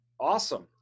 Awesome